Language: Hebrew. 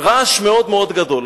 רעש מאוד מאוד גדול.